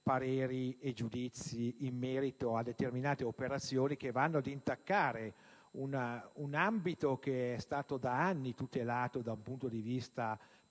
pareri e giudizi in merito a determinate operazioni, che vanno ad intaccare un ambito da anni tutelato dal punto di vista paesaggistico